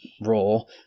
role